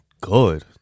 good